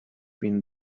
been